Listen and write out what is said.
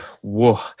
Whoa